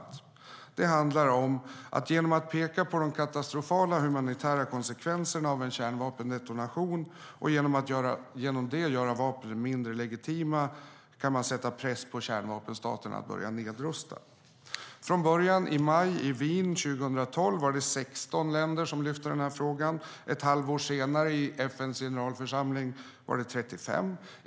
Det handlar om att sätta press på kärnvapenstaterna att börja nedrusta genom att peka på de katastrofala humanitära konsekvenserna av en kärnvapendetonation och på det sättet göra vapnen mindre legitima. Från början, i Wien i maj 2012, var det 16 länder som lyfte fram frågan. Ett halvår senare, i FN:s generalförsamling, var det 35.